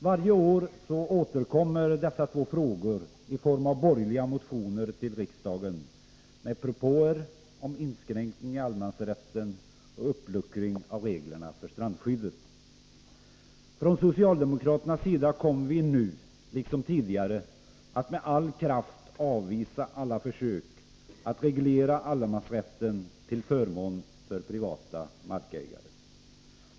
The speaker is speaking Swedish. Varje år återkommer dessa två frågor i form av borgerliga motioner till riksdagen med propåer om inskränkning i allemansrätten och uppluckring av reglerna för strandskyddet. Från socialdemokraternas sida kommer vi nu, liksom tidigare, att med all kraft avvisa alla försök att reglera allemansrätten till förmån för privata markägare.